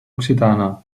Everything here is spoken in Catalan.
occitana